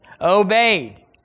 obeyed